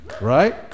Right